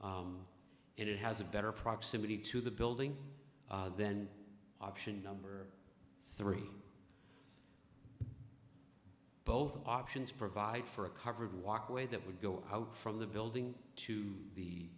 it has a better proximity to the building then option number three both options provide for a covered walkway that would go out from the building to the